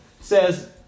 says